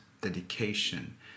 dedication